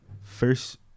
First